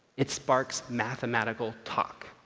it sparks mathematical talk.